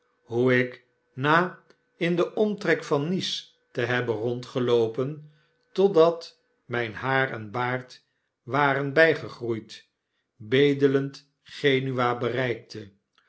hoe ik na in den omtrek van nice te hebben rondgeloopen totdat myn haar en baard waren bygegroeid bedelend genua bereikte